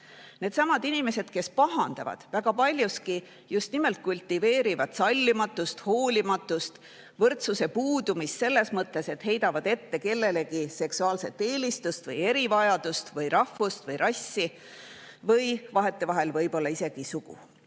Needsamad inimesed, kes pahandavad, väga paljuski just nimelt kultiveerivad sallimatust, hoolimatust, võrdsuse puudumist selles mõttes, et heidavad ette kellelegi seksuaalset eelistust või erivajadust või rahvust või rassi või vahetevahel võib-olla isegi sugu.